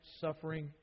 suffering